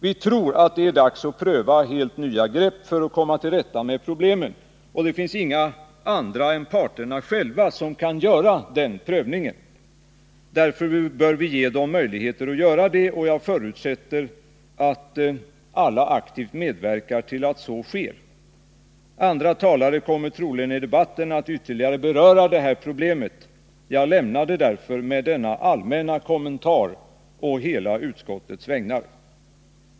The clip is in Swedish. Vi tror att det är dags att pröva helt nya grepp för att komma till rätta med problemen, och inga andra än parterna själva kan göra den prövningen. Därför bör vi ge dem möjligheter att göra det, och jag förutsätter att alla aktivt medverkar till att så sker. Andra talare kommer troligen att ytterligare beröra det här problemet i debatten. Jag lämnar det därför med denna allmänna kommentar på hela utskottets vägnar.